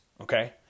okay